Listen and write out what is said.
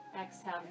exhale